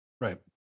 Right